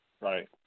right